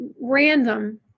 random